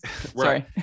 Sorry